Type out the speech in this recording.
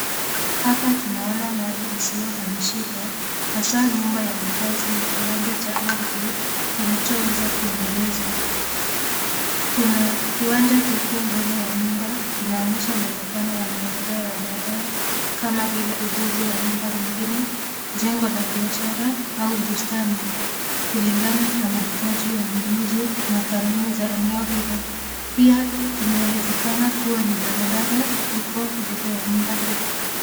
Hapa tunaona mali isiyohamishika hasa nyumba ya makazi na kiwanja cha ardhi kinachoweza kuendelezwa. Kuna kiwanja tupu mbele ya nyumba kinaonyesha uwezekano wa maendeleo ya baadae kama vile ujenzi wa nyumba nyingine, jengo la biashara au bustani, kulingana na mahitaji ya mnunuzi na kanuni za eneo hilo. Pia inawezekana kuwa ni barabara ipo mbele ya nyumba hii.